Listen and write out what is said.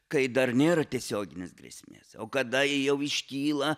kai dar nėra tiesioginės grėsmės o kada ji jau iškyla